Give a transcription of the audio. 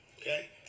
okay